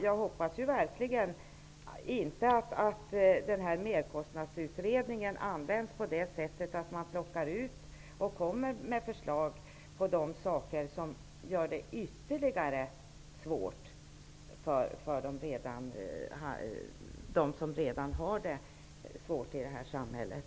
Jag hoppas verkligen att Merkostnadskommitténs betänkande inte används på det sättet att man tar ut förslag om sådant som gör det ännu svårare för dem som redan har det svårt i det här samhället.